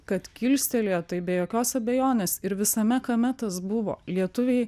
kad kilstelėjo tai be jokios abejonės ir visame kame tas buvo lietuviai